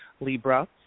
Libra